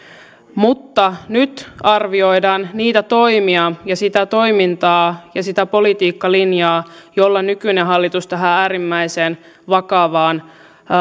mutta nyt arvioidaan niitä toimia ja sitä toimintaa ja sitä politiikkalinjaa jolla nykyinen hallitus tähän äärimmäisen vakavaan